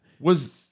Was-